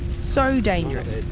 so dangerous,